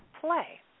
Play